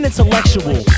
Intellectual